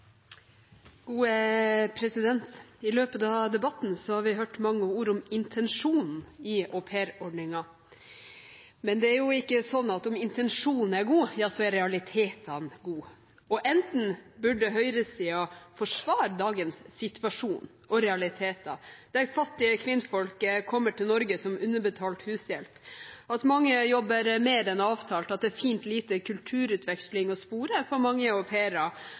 gode. Enten burde høyresiden forsvare dagens situasjon og realiteter – at fattige kvinnfolk kommer til Norge som underbetalte hushjelper, at mange jobber mer enn avtalt, at det er fint lite kulturutveksling å spore for mange